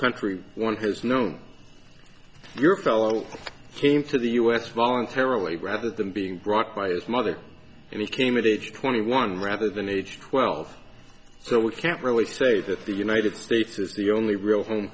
country one has known your fellow came to the u s voluntarily rather than being brought by his mother and he came of age twenty one rather than age twelve so we can't really say that the united states is the only real home